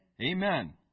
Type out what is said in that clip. Amen